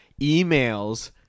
emails